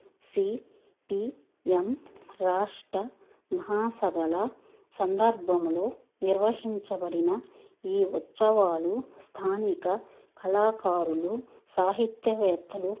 see P M రాష్ట మహాసభల సందర్భంలో నిర్వహించబడిన ఈ ఉత్సవాలు స్థానిక కళాకారులు సాహిత్యవేత్తలు